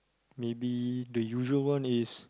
maybe the usual one is